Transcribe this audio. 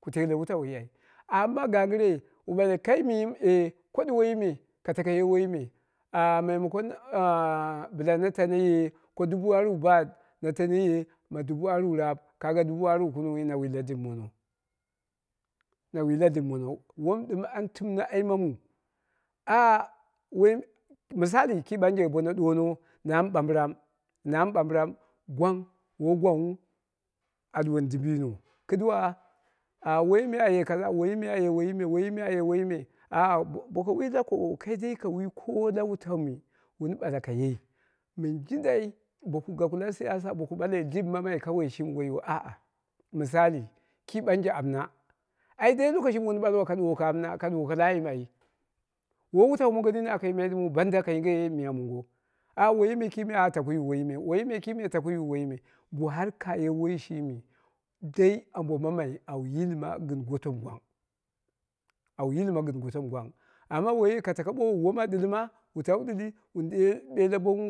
Ku telle wutauwi ai, amma gangɨre, wu ɓale kai myim eh koɗi woiyi meka tak ye woiyime, ah maimako ah na tano ye ko dubu aru baat na tano ye ma dubu aru raap ka a dubu aru kunungyi na wi la dip mono wom ɗɨm an timne aima muu ah woi misali ki ɓanje bono ɗuwono na mɨbamɓiram, na mɨɓambɨram, gwang woi gwangnhu a ɗuwoni dimbino kɨduwa woiyi a ye kara, woiyi me aye woiyi me woiyi me aye woiyi me boko wi lakoowou kai dai kage wutau mɨ wun ɓala kaye mɨn jindai boku gaku la siyasa boku ɓale dip mammai shimi woiyu ah misali ki ɓanje amna, ai lokoshi mɨ wun ɓala ka dʊwoko amna a ɗuwoko na ayim ai woi wutau mongo mini aka yimaiyu banda ka yinge miya mongo ah woiyi me kime ah taku yu woiyi me woiyi me kime taku ya woiyi me, bo har kaye woiyi shimi dai ambo mammai au yilma gɨn goto mɨ gwang, au yilma gɨn goto mɨ gwan amma woi yi ka tako ɓoowu woma ɗilma, wu ɓelle bong